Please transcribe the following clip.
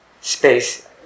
Space